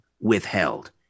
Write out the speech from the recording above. withheld